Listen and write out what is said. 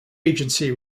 agency